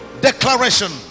declaration